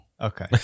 Okay